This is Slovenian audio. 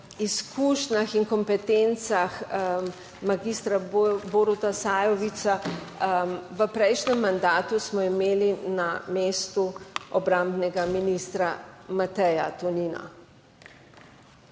izkušnjah in kompetencah magistra Boruta Sajovica. V prejšnjem mandatu smo imeli na mestu obrambnega ministra Mateja Tonina,